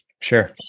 sure